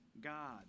God